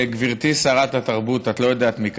בבקשה, גברתי, אדוני, סליחה.